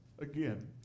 Again